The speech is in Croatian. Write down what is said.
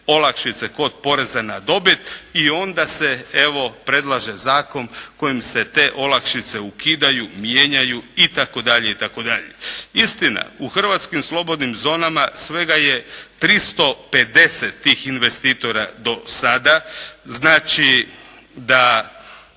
kod poreza na dobit i onda se evo predlaže zakon kojim se te olakšice ukidaju, mijenjaju itd., itd. Istina. U hrvatskim slobodnim zonama svega je 350 tih investitora do sada, znači da